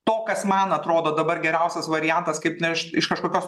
to kas man atrodo dabar geriausias variantas kaip na iš iš kažkokios